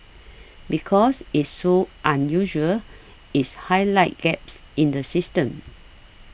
because it's so unusual its highlights gaps in the system